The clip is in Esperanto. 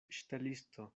ŝtelisto